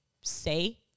say